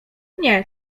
nie